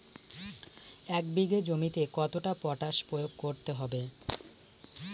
এক বিঘে জমিতে কতটা পটাশ প্রয়োগ করতে হবে?